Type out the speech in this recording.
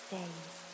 days